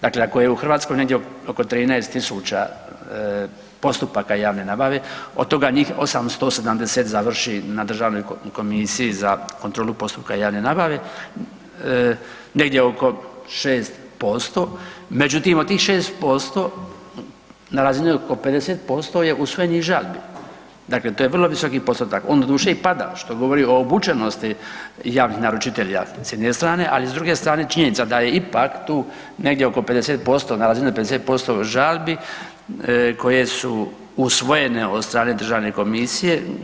Dakle, ako je u Hrvatskoj negdje oko 13.000 postupaka javne nabave od toga njih 870 završi na Državnoj komisiji za kontrolu postupaka javne nabave, negdje oko 6%, međutim od tih 6% na razini oko 50% je usvojenih žalbi, dakle to je vrlo visok postotak, on doduše i pada što govori o obučenosti javnih naručitelja s jedne strane, ali s druge strane je činjenica da je ipak tu negdje oko 50% na razini od 50% žalbi koje su usvojene od strane državne komisije.